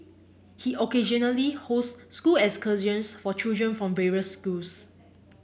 he occasionally hosts school excursions for children from various schools